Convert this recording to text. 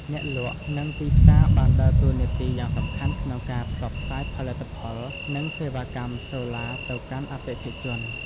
អ្នកលក់ និងទីផ្សារបានដើរតួនាទីយ៉ាងសំខាន់ក្នុងការ ផ្សព្វផ្សាយផលិតផល និងសេវាកម្ម សូឡាទៅកាន់អតិថិជន។